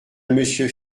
monsieur